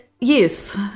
Yes